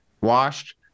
washed